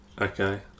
okay